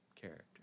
character